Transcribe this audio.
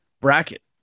bracket